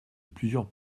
plusieurs